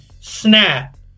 Snap